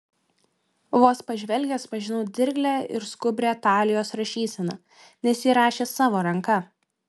vos pažvelgęs pažinau dirglią ir skubrią talijos rašyseną nes ji rašė savo ranka